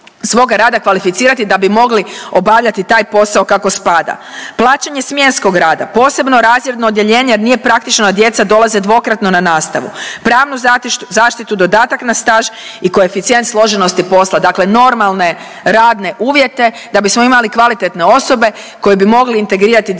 svoga rada kvalificirati da bi mogli obavljati taj posao kako spada, plaćanje smjenskog rada, posebno razredno odjeljenje jer nije praktično da djeca dolaze dvokratno na nastavu, pravnu zaštitu, dodatak na staž i koeficijent složenosti posla. Dakle, normalne radne uvjete da bismo imali kvalitetne osobe koje bi mogle integrirati djecu